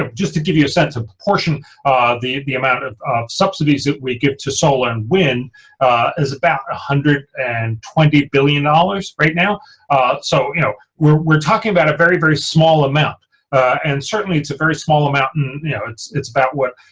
just to give you a sense of proportion the the amount of subsidies that we give to solar and wind is about a hundred and twenty billion dollars right now so, you know, we're we're talking about a very very small amount and certainly it's a very small amount. and you know, it's it's about what